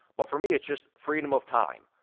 but for me, it's just freedom of time,